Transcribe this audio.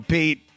Pete